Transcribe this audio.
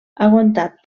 aguantat